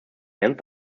ends